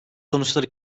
sonuçları